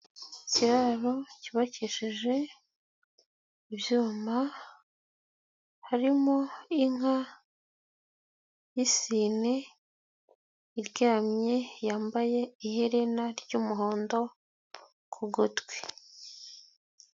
Ikiraro cyubakishije ibyuma, harimo inka y'isine iryamye yambaye iherena ry'umuhondo ku gutwi.